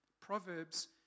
Proverbs